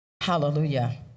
Hallelujah